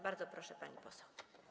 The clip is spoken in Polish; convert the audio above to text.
Bardzo proszę, pani poseł.